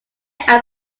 i’m